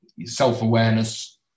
self-awareness